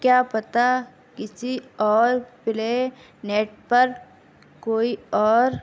کیا پتا کسی اور پلینیٹ پر کوئی اور